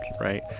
right